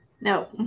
No